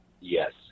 Yes